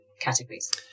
categories